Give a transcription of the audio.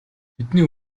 тэдний